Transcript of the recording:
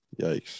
Yikes